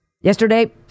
Yesterday